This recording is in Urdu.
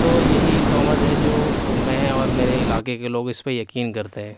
تو یہی تہمت ہے جو میں اور میرے علاقے کے لوگ اس پہ یقین کرتے ہیں